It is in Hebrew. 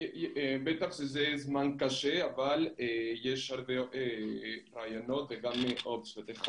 זה זמן קשה, אבל יש הרבה רעיונות ואופציות.